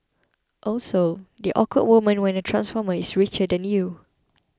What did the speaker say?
also that awkward moment when a transformer is richer than you